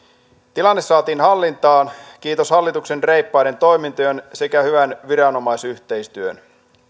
tilanne saatiin hallintaan kiitos hallituksen reippaiden toimintojen sekä hyvän viranomaisyhteistyön